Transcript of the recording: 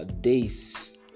days